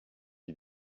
qui